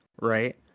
right